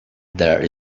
there